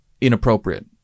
inappropriate